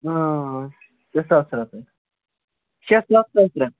آ شےٚ ساس شےٚ ساس ژۄیہِ تٕرٛہ